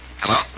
Hello